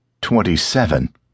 Twenty-seven